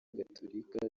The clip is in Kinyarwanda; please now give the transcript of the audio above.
gatulika